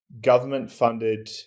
government-funded